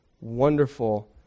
wonderful